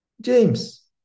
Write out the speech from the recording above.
James